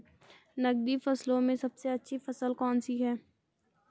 नकदी फसलों में सबसे अच्छी फसल कौन सी है?